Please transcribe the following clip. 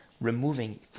removing